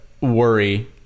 worry